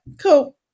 cool